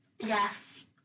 Yes